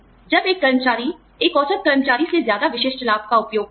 जब एक कर्मचारी एक औसत कर्मचारी से ज्यादा एक विशिष्ट लाभ का उपयोग करता है